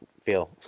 feel